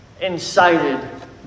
incited